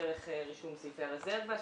בדרך רישום סעיפי הרזרבה,